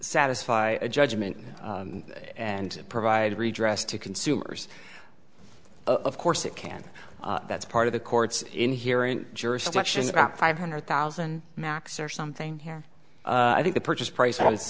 satisfy a judgment and provide redress to consumers of course it can that's part of the court's inherent jury selection about five hundred thousand max or something here i think the purchase price was